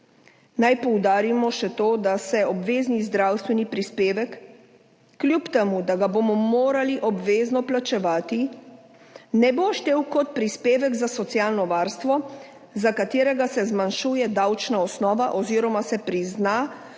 Naj poudarim še to, da se obvezni zdravstveni prispevek, kljub temu, da ga bomo morali obvezno plačevati, ne bo štel kot prispevek za socialno varstvo, za katerega se zmanjšuje davčna osnova oziroma se prizna kot